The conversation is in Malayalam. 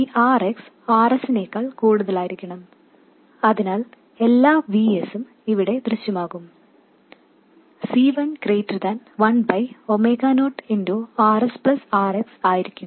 ഈ Rx Rs നേക്കാൾ കൂടുതലായിരിക്കണം അതിനാൽ എല്ലാ Vs ഇവിടെ ദൃശ്യമാകും C1 ≫10Rs Rx ആയിരിക്കും